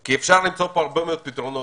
כי אפשר למצוא פה הרבה פתרונות,